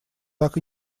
так